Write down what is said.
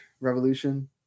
revolution